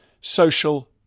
social